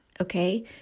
okay